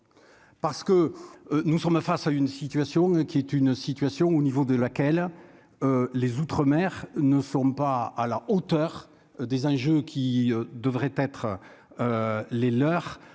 Parce que nous sommes face à une situation qui est une situation au niveau de laquelle les outre-mer ne sont pas à la hauteur des enjeux qui devraient être les leurs